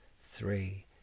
three